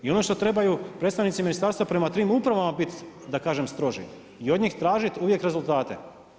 I ono što trebaju predstavnici ministarstva prema tim upravama biti da kaže stroži i od njih tražiti uvijek rezultate.